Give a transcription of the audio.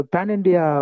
Pan-India